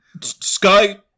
sky